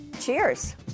Cheers